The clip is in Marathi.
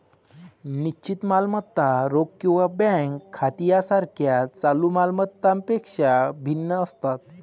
निश्चित मालमत्ता रोख किंवा बँक खाती यासारख्या चालू माल मत्तांपेक्षा भिन्न असतात